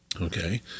Okay